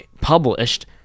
published